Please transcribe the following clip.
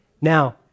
Now